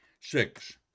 Six